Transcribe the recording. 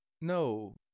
No